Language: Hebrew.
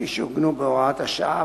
כפי שעוגנו בהוראת השעה,